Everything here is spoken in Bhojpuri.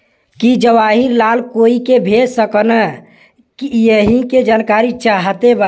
की जवाहिर लाल कोई के भेज सकने यही की जानकारी चाहते बा?